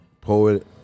poet